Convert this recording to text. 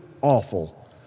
awful